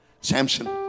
Samson